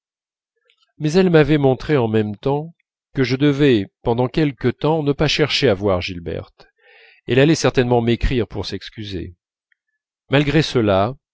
mais elles m'avaient montré en même temps que je devais pendant quelque temps ne pas chercher à voir gilberte elle allait certainement m'écrire pour s'excuser malgré cela